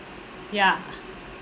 ya